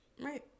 Right